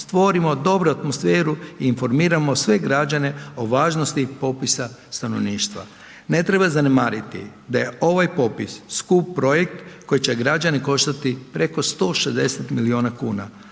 stvorimo dobru atmosferu i informiramo sve građane o važnosti popisa stanovništva. Ne treba zanemariti da je ovaj popis skup projekt koje će građane koštati preko 160 milijuna kuna,